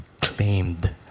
claimed